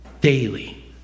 daily